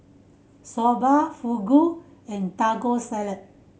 Soba Fugu and Taco Salad